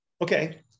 Okay